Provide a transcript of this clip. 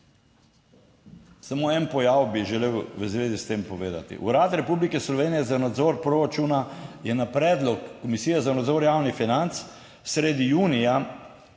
Samo en pojav bi želel v zvezi s tem povedati. Urad Republike Slovenije za nadzor proračuna je na predlog Komisije za nadzor javnih financ sredi junija